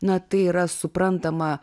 na tai yra suprantama